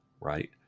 right